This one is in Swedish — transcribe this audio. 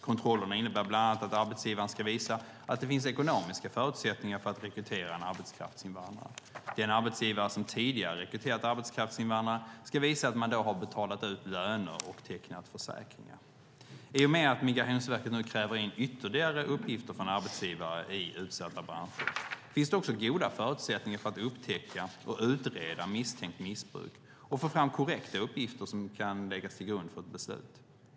Kontrollerna innebär bland annat att arbetsgivaren ska visa att det finns ekonomiska förutsättningar att rekrytera en arbetskraftsinvandrare. Den arbetsgivare som tidigare rekryterat arbetskraftsinvandrare ska visa att man då har betalat ut löner och tecknat försäkringar. I och med att Migrationsverket nu kräver in ytterligare uppgifter från arbetsgivare i utsatta branscher finns det också goda förutsättningar att upptäcka och utreda misstänkt missbruk och få fram korrekta uppgifter som kan läggas till grund för ett beslut.